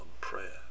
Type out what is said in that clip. prayer